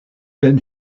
ben